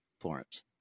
Florence